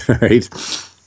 Right